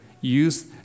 Use